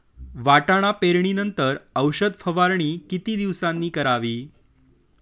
वाटाणा पेरणी नंतर औषध फवारणी किती दिवसांनी करावी?